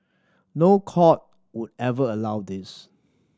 no court would ever allow this